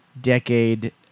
decade